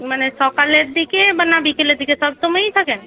মানে সকালের দিকে বা না বিকেলের দিকে সব সময়ই থাকেন